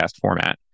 format